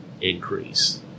increase